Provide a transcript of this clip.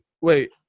Wait